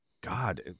God